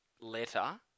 letter